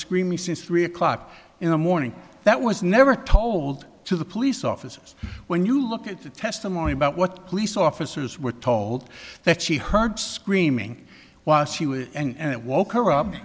screaming since three o'clock in the morning that was never told to the police officers when you look at the testimony about what police officers were told that she heard screaming while she was and it woke her u